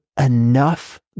enough